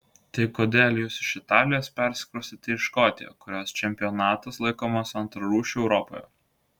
tai kodėl jūs iš italijos persikraustėte į škotiją kurios čempionatas laikomas antrarūšiu europoje